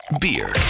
beer